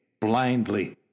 blindly